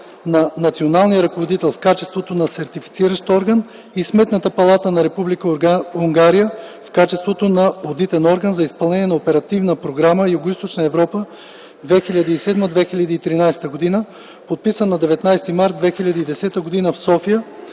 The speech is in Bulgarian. на Националния ръководител в качеството на Сертифициращ орган, и Сметната палата на Република Унгария в качеството на Одитен орган за изпълнението на Оперативна програма „Югоизточна Европа” 2007-2013 г., подписан на 19 март 2010 г. в София,